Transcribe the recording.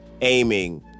aiming